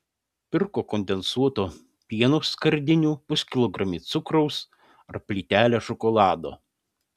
pirko kondensuoto pieno skardinių puskilogramį cukraus ar plytelę šokolado